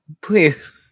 please